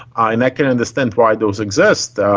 and i can understand why those exist.